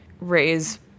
raise